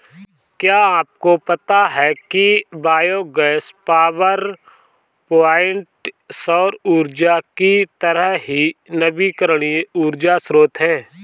क्या आपको पता है कि बायोगैस पावरप्वाइंट सौर ऊर्जा की तरह ही नवीकरणीय ऊर्जा स्रोत है